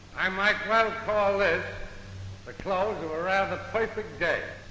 i might well call this the close of a rather perfect day.